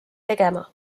tegema